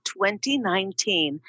2019